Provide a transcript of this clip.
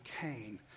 Cain